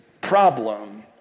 problem